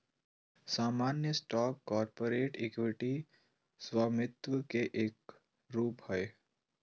सामान्य stock corporate equity स्वामित्व के एक रूप हय